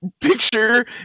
Picture